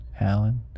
Alan